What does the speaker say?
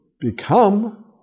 become